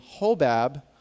Hobab